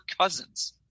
cousins